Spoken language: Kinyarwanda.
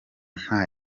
nta